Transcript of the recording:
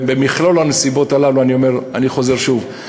במכלול הנסיבות הללו, אני אומר וחוזר שוב: